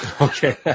Okay